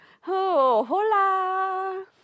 Hola